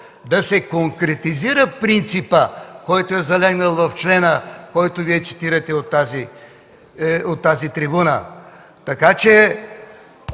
да се конкретизира принципът, който е залегнал в члена, който Вие цитирате от тази трибуна. Ако Вие